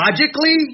Logically